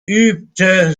übte